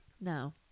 No